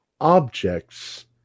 objects